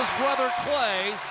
brother klay,